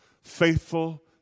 faithful